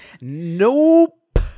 Nope